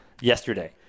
yesterday